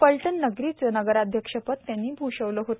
फलटणनगरीचं नगराध्यक्षपद त्यांनी भूषविलं होते